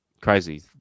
crazy